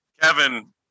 Kevin